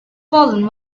fallen